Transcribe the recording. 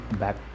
back